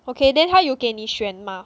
okay then 它有给你选吗